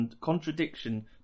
contradiction